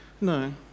No